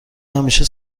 همیشه